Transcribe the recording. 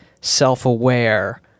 self-aware